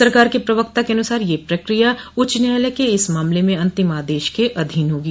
सरकार के प्रवक्ता के अनुसार यह प्रक्रिया उच्च न्यायालय के इस मामले में अन्तिम आदेश के अधीन होगी